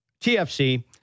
TFC